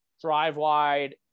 drive-wide